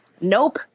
Nope